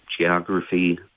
geography